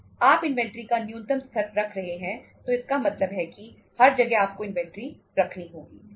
आप इन्वेंट्री का न्यूनतम स्तर रख रहे हैं तो इसका मतलब है कि हर जगह आपको इन्वेंट्री रखनी होगी